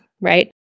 right